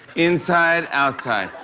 inside, outside.